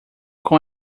com